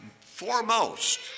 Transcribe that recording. foremost